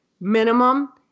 minimum